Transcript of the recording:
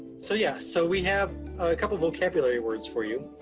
so yeah, so we have a couple of vocabulary words for you.